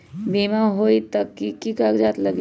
बिमा होई त कि की कागज़ात लगी?